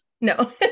no